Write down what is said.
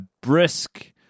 brisk